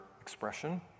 expression